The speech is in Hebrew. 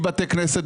אין לי בתי כנסת,